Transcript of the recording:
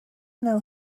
know